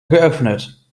geöffnet